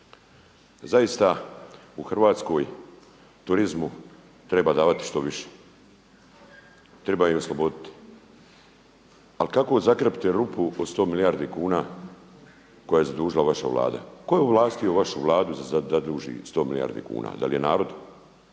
zaista u Hrvatskoj, turizmu, treba davati što više. Treba je osloboditi. Ali kako zakrpati rupu od 100 milijardi kuna koja je zadužila vaša Vlada. Tko je ovlastio vašu Vladu da zaduži 100 milijardi kuna? Da li je narod?